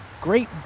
Great